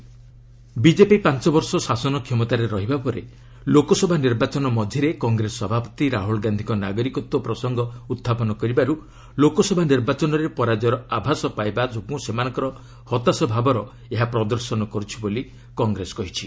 କଂଗ୍ରେସ ରାହୁଲ ସିଟିଜେନ୍ଦି ବିଜେପି ପାଞ୍ଚ ବର୍ଷ ଶାସନ କ୍ଷମତାରେ ରହିବା ପରେ ଲୋକସଭା ନିର୍ବାଚନ ମଝିରେ କଂଗ୍ରେସ ସଭାପତି ରାହୁଲ ଗାନ୍ଧିଙ୍କ ନାଗରିକତ୍ୱ ପ୍ରସଙ୍ଗ ଉହ୍ଚାପନ କରିବାରୁ ଲୋକସଭା ନିର୍ବାଚନରେ ପରାଜୟର ଆଭାସ ପାଇବା ଯୋଗୁଁ ସେମାନଙ୍କର ହତାସ ଭାବର ଏହା ପ୍ରଦର୍ଶନ କରୁଛି ବୋଲି କଂଗ୍ରେସ କହିଛି